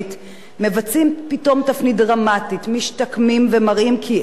משתקמים ומראים כי הם מסוגלים להשתלב בחברה,